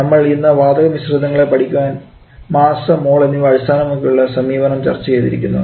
നമ്മൾ ഇന്ന് വാതക മിശ്രിതങ്ങളെ പഠിക്കുവാൻ മാസ് മോൾ എന്നിവ അടിസ്ഥാനമാക്കിയുള്ള സമീപനം ചർച്ച ചെയ്തിരിക്കുന്നു